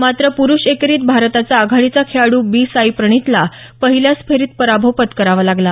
मात्र पुरूष एकेरीत भारताचा आघाडीचा खेळाडू बी साई प्रणितला पहिल्याच फेरीत पराभव पत्करावा लागला